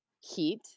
heat